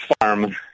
farm